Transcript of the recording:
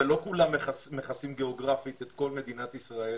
ולא כולם מכסים גיאוגרפית את כל מדינת ישראל,